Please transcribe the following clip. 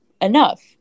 enough